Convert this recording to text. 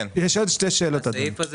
יש עוד שתי שאלות, אדוני.